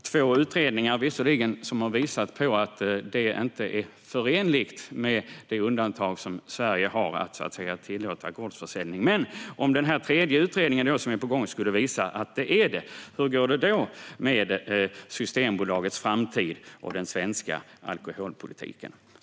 Två utredningar har ju visat att detta inte är förenligt med det undantag som Sverige har för att tillåta gårdsförsäljning. Men om den tredje utredningen som är på gång skulle visa att det är det, hur går det då med Systembolagets framtid och den svenska alkoholpolitiken?